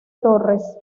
torres